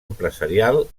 empresarial